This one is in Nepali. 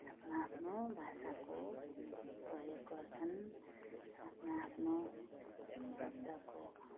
आफ्नो आफ्नो भाषाको प्रयोग गर्छन् आफ्नो आफ्नो शब्दको